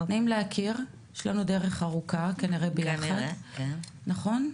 נעים להכיר, יש לנו דרך ארוכה כנראה ביחד, נכון?